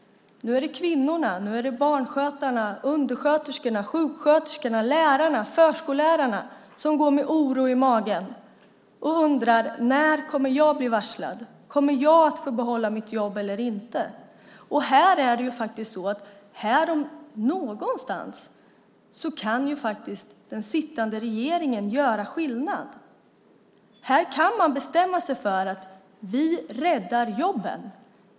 Nu är det kvinnorna - barnskötarna, undersköterskorna, sjuksköterskorna, lärarna och förskollärarna - som går med oro i magen och undrar: När kommer jag att bli varslad? Kommer jag att få behålla mitt jobb eller inte? Här om någonstans kan ju faktiskt den sittande regeringen göra skillnad. Här kan man bestämma sig för att: Vi räddar jobben!